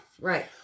Right